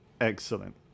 Excellent